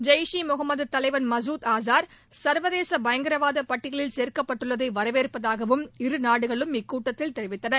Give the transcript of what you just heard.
ஜெய்ஷே முகமது தலைவன் மசூத் அசார் சர்வதேச பயங்கரவாத பட்டியலில் சேர்க்கப்பட்டுள்ளதை வரவேற்பதாகவும் இருநாடுகளும் இக்கூட்டத்தில் தெரிவித்தன